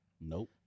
nope